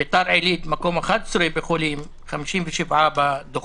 ביתר עילית במקום 11 במספר החולים ובמקום 57 בדוחות.